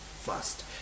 first